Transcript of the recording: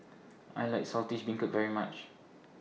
I like Saltish Beancurd very much